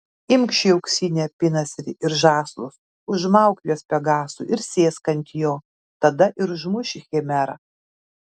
imk šį auksinį apynasrį ir žąslus užmauk juos pegasui ir sėsk ant jo tada ir užmuši chimerą